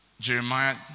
Jeremiah